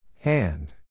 Hand